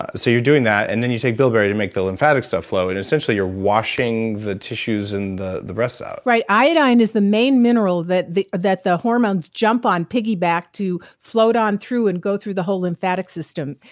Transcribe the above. ah so you're doing that and then you take bilberry to make the lymphatic stuff flow. and essentially you're washing the tissues and the the breast out right. iodine is the main mineral that the that the hormones jump on piggyback to flowed on through and go through the whole lymphatic system.